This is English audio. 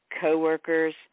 coworkers